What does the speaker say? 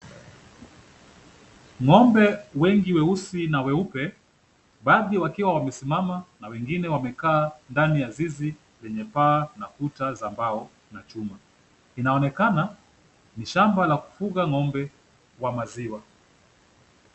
Ng'ombe wengi weusi na weupe, baadhi wakiwa wamesimama na wengine wamekaa ndani ya zizi lenye paa na kuta za mbao na chuma. Inaonekana ni shamba la kufuga ng'ombe wa maziwa.